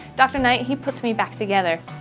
dr. knight, he puts me back together.